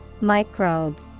Microbe